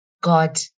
God